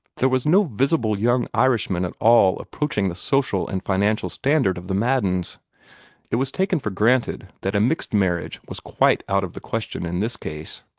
there was no visible young irishman at all approaching the social and financial standard of the maddens it was taken for granted that a mixed marriage was quite out of the question in this case.